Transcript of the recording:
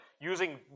using